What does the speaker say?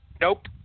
nope